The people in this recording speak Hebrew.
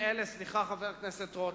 סליחה, חבר הכנסת רותם.